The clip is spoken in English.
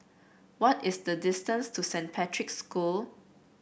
what is the distance to Saint Patrick's School